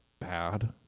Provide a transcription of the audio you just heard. bad